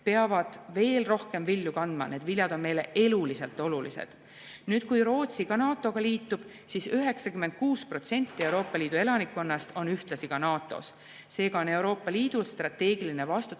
peavad veel rohkem vilju kandma, need viljad on meile eluliselt olulised. Kui Rootsi samuti NATO-ga liitub, on 96% Euroopa Liidu elanikkonnast ühtlasi NATO-s, seega on Euroopa Liidul strateegiline vastutus